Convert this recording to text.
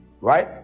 right